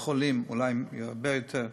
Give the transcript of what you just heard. ילדים חולים, אולי הרבה יותר,